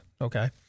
Okay